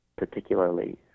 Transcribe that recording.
particularly